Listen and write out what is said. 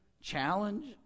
challenge